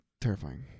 terrifying